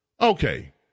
Okay